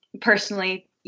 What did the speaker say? personally